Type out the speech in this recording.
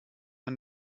man